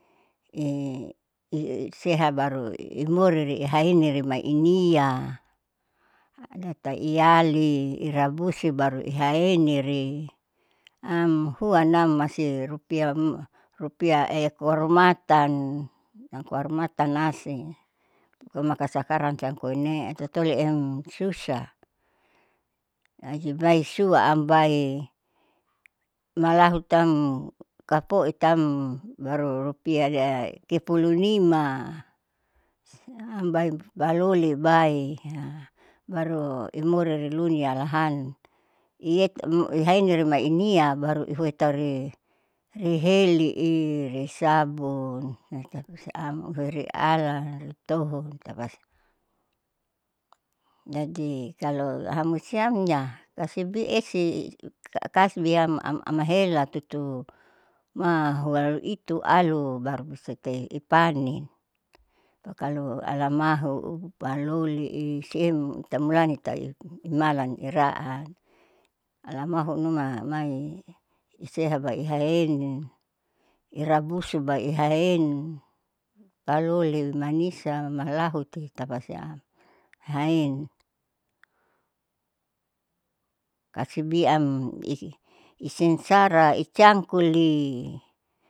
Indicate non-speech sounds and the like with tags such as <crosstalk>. I iseha baru imori ihaeini mainia adata iyali irabusu baru iahaeniri am huanam masirupiah am rupiah koarumatan yamkoarumatan asin komaka sakarangam koinee tutuliem lusa jadi bae suam bae malahutam kapoitambaru rupiah tipulu nima siam baloli bae <noise> baru imori runia alahan ihaeni rumai inian baru ihoi tauri rihelii risabun ya tapasiam ulaeialan litohon tapasiam jadi kalo hamoisiam ya kasibi esi kasbiam amahela tutu ma holuitu alu baru bisa te ipanin o kalo alamahu paloli i siem itamulani tau i imalan iraan alahu numa amai iseha bae ihaeni irabusu bae ohaeni palo, manisa, malahute tapasiam haein kasibi am isi isensara icangkul i.